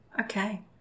Okay